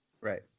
Right